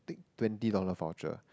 twenty dollar voucher